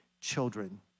children